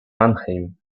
mannheim